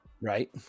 Right